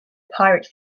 pirate